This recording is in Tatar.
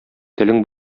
телең